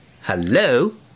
hello